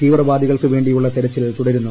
തീവ്രവാദികൾക്കു വേണ്ടിയുള്ള തെരച്ചിൽ തുടരുന്നു